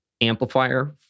amplifier